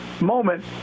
moment